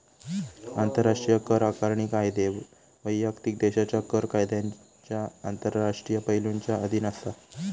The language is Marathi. आंतराष्ट्रीय कर आकारणी कायदे वैयक्तिक देशाच्या कर कायद्यांच्या आंतरराष्ट्रीय पैलुंच्या अधीन असा